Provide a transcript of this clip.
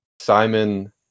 Simon